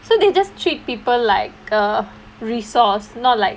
so they just treat people like a resource not like